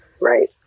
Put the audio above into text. Right